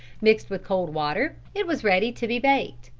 mixed with cold water, it was ready to be baked.